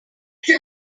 six